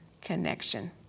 connection